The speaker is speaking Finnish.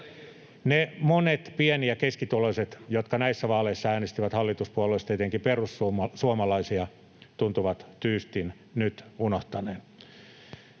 Ne monet pieni- ja keskituloiset, jotka näissä vaaleissa äänestivät hallituspuolueista etenkin perussuomalaisia, tuntuvat tyystin nyt unohtuneen.